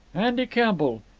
andy campbell.